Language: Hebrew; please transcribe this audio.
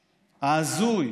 ההזוי,